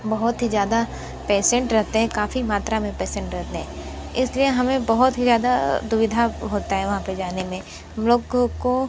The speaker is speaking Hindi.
बहुत ही ज़्यादा पेसेंट रहते हैं काफ़ी मात्रा में पेसेंट रहते हैं इसलिए हमें बहुत ही ज़्यादा दुविधा होता है वहाँ पे जाने में हम लोगों को